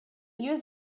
use